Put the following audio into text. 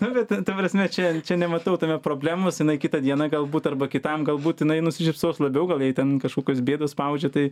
nu bet ta prasme čia čia nematau tame problemos jinai kitą dieną galbūt arba kitam gal būt jinai nusišypsos labiau gal jai ten kažkokios bėdos spaudžia tai